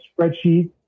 spreadsheet